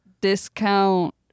discount